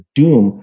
doom